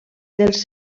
dels